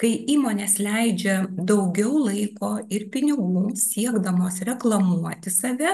kai įmonės leidžia daugiau laiko ir pinigų siekdamos reklamuoti save